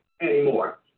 anymore